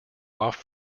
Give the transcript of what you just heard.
off